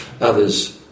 others